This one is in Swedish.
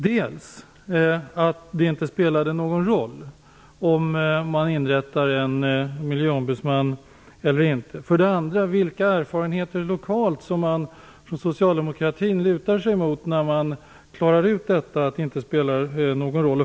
För det första: Spelar det inte någon roll om man inrättar en miljöombudsman eller inte? För det andra: Vilka erfarenheter lokalt lutar sig socialdemokratin mot när man klarar ut att det inte spelar någon roll?